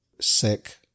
sick